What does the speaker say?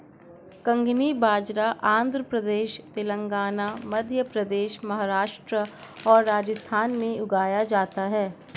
कंगनी बाजरा आंध्र प्रदेश, तेलंगाना, मध्य प्रदेश, महाराष्ट्र और राजस्थान में उगाया जाता है